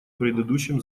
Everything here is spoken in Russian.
предыдущем